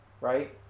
right